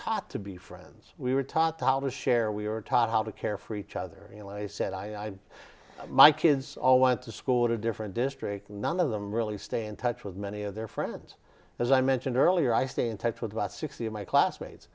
taught to be friends we were taught how to share we were taught how to care for each other you know lay said i my kids all went to school to different districts none of them really stay in touch with many of their friends as i mentioned earlier i stay in touch with about sixty of my classmates